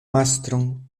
mastron